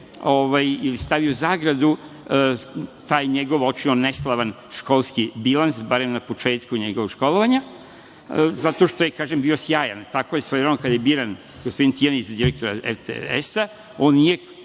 ili stavi u zagradu taj njegov očajno neslavan, školski bilans, barem na početku njegovog školovanja, zato što je, kažem, bio sjajan. Tako je svojevremeno kada je biran gospodin Tijanić za direktora RTS-a, on nije